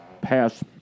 Pass